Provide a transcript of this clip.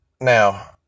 Now